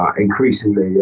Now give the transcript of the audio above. increasingly